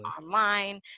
online